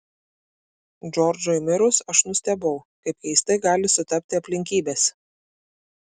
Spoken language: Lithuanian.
džordžui mirus aš nustebau kaip keistai gali sutapti aplinkybės